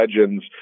legends